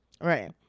Right